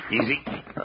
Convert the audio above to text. Easy